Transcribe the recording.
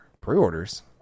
pre-orders